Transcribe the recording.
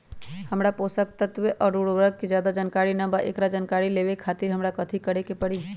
हमरा पोषक तत्व और उर्वरक के ज्यादा जानकारी ना बा एकरा जानकारी लेवे के खातिर हमरा कथी करे के पड़ी?